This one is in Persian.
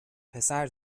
پسر